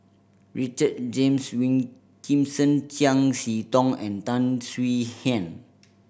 Richard James Wilkinson Chiam See Tong and Tan Swie Hian